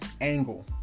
angle